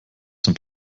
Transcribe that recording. zum